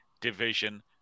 division